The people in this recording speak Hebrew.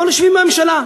אבל יושבים בממשלה.